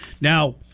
Now